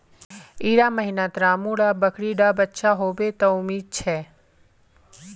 इड़ा महीनात रामु र बकरी डा बच्चा होबा त उम्मीद छे